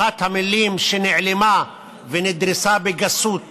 אחת המילים שנעלמו ונדרסו בגסות